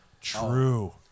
True